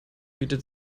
bietet